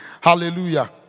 Hallelujah